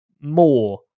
more